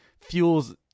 fuels